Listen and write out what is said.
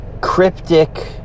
cryptic